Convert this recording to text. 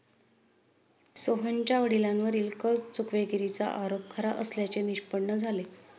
सोहनच्या वडिलांवरील कर चुकवेगिरीचा आरोप खरा असल्याचे निष्पन्न झाले